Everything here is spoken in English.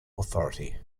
authority